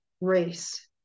race